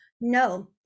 no